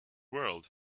world